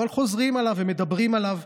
אבל חוזרים עליו ומדברים עליו,